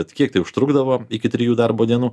bet kiek tai užtrukdavo iki trijų darbo dienų